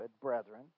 brethren